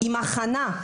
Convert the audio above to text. עם הכנה,